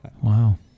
Wow